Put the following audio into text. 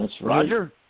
Roger